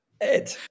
ed